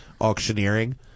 auctioneering